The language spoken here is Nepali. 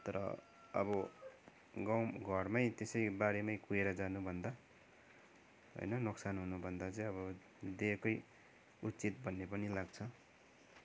तर अब गाउँ घरमै त्यसै बारीमै कुहिएर जानुभन्दा होइन नोक्सान हुनुभन्दा चाहिँ अब दिएकै उचित भन्ने पनि लाग्छ